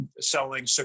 selling